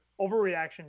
overreaction